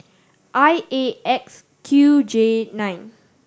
I A X Q J nine